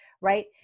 right